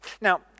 Now